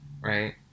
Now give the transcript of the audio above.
Right